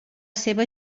seva